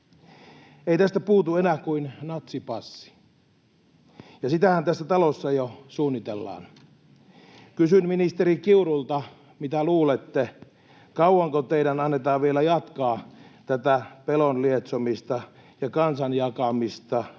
Ei tästä puutu enää kuin natsipassi, ja sitähän tässä talossa jo suunnitellaan. Kysyn ministeri Kiurulta: mitä luulette, kauanko teidän annetaan vielä jatkaa tätä pelon lietsomista ja kansan jakamista